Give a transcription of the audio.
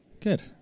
Good